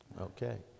Okay